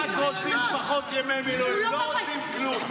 הם רק רוצים פחות ימי מילואים, הם לא רוצים כלום.